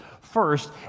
First